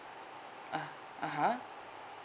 ah (uh huh)